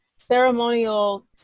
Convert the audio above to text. ceremonial